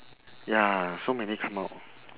ya so many come out